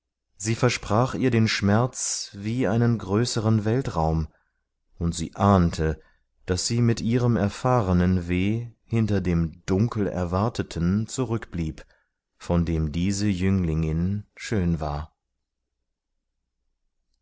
sie versprach ihr den schmerz wie einen größeren weltraum und sie ahnte daß sie mit ihrem erfahrenen weh hinter dem dunkel erwarteten zurückblieb von dem diese jünglingin schön war